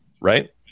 right